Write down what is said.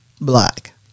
black